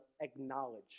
acknowledge